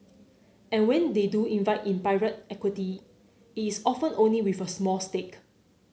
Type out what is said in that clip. and when they do invite in pirate equity it is often only with a small stake